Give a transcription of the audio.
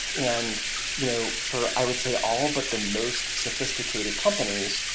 and you know for, i would say, all but the most sophisticated companies,